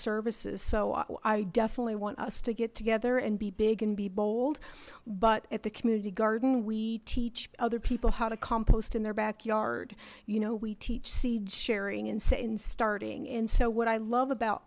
services so i definitely want us to get together and be big and be bold but at the community garden we teach other people how to compost in their backyard you know we teach seeds sharing and setting starting and so what i love about